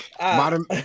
modern